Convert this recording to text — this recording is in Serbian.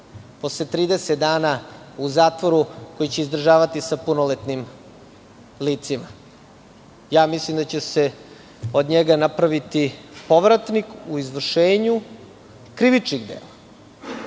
posle 30 dana u zatvoru, koji će izdržavati sa punoletnim licima? Mislim da će se od njega napraviti povratnik u izvršenju krivičnih dela.